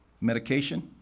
medication